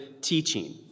teaching